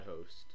host